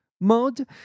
mode